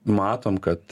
matom kad